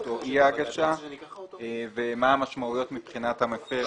או אי ההגשה ומה המשמעויות מבחינת המפר,